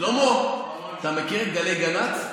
שלמה, אתה מכיר גלי גנ"צ?